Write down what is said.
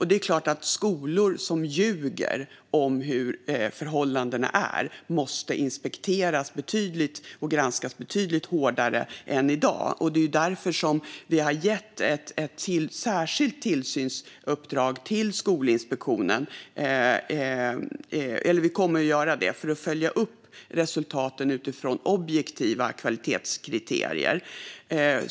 Det är klart att skolor som ljuger om hur förhållandena är måste inspekteras och granskas betydligt hårdare än i dag. Därför har vi också gett ett särskilt tillsynsuppdrag till Skolinspektionen - eller rättare sagt kommer vi att göra det - att följa upp resultaten utifrån objektiva kvalitetskriterier.